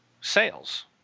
sales